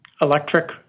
electric